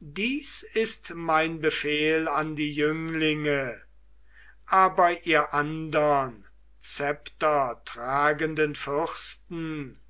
dieses ist mein befehl an die jünglinge aber ihr andern zeptertragenden fürsten